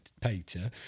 Peter